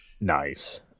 Nice